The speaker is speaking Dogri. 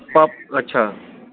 अच्छा